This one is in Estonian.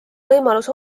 võimalus